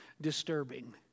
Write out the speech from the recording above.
disturbing